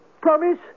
Promise